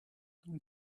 and